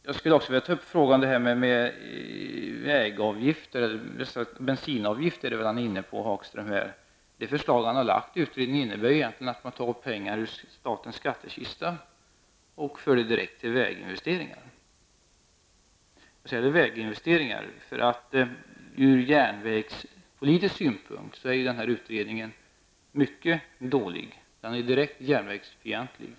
Jag skulle också vilja ta upp frågan om vägavgifter och bensinavgifter, som Tony Hagström är inne på. Det förslag som han har lagt fram i utredningen innebär egentligen att man tar pengar från statens kassakista och för dem direkt över till väginvesteringar. Ur järnvägspolitisk synpunkt är utredningen mycket dålig. Den är direkt järnvägsfientlig.